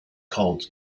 called